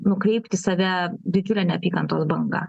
nukreipt į save didžiulę neapykantos banga